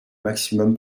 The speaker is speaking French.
maximum